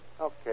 Okay